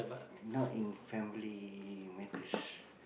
not in family matters